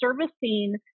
servicing